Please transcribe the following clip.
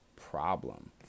problem